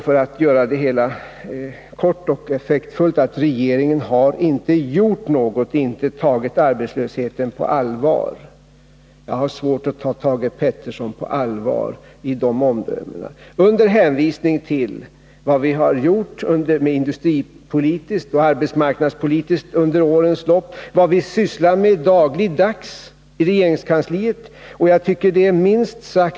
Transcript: För att göra det hela kort och effektfullt säger Thage Peterson sedan att regeringen inte har gjort någonting, inte har tagit arbetslösheten på allvar. Under hänvisning till vad vi under årens lopp har gjort industripolitiskt och arbetsmarknadspolitiskt och med hänsyn till vad vi dagligdags sysslar med inom regeringskansliet, har jag för min del svårt att ta Thage Peterson på allvar när det gäller dessa omdömen.